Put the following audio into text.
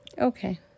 Okay